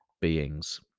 beings